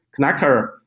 connector